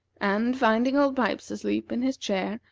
and, finding old pipes asleep in his chair,